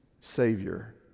savior